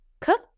cook